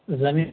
زنی